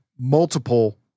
multiple